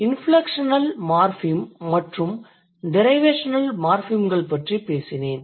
inflectional morpheme மற்றும் derivational மார்ஃபிம்கள் பற்றிப் பேசினேன்